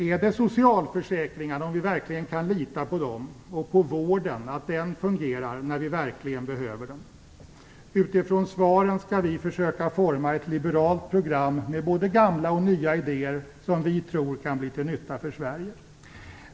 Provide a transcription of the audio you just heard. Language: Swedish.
Är det att vi kan lita på socialförsäkringarna och att vården verkligen fungerar när vi behöver den? Utifrån svaren skall vi försöka forma ett liberalt program med både gamla och nya idéer som vi tror kan bli till nytta för Sverige.